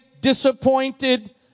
disappointed